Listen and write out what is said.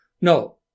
No